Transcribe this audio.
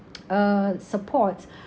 uh support